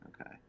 okay